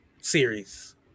series